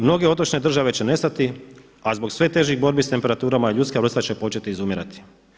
Mnoge otočne države će nestati a zbog sve težih borbi sa temperaturama ljudska vrsta će početi izumirati.